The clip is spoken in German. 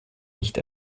nicht